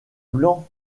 blanc